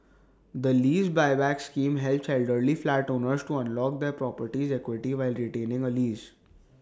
the lease Buyback scheme helps elderly flat owners to unlock their property's equity while retaining A lease